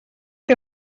que